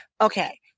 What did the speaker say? okay